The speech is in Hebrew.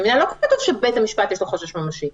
לא כתוב שלבית המשפט יש חשש ממשי.